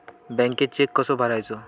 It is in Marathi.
बँकेत चेक कसो भरायचो?